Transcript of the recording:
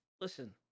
listen